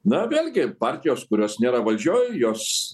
na vėlgi partijos kurios nėra valdžioj jos